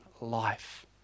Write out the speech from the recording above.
life